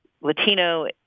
Latino